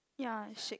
ya I shake